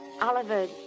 Oliver